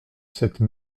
cette